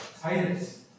Titus